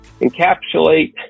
encapsulate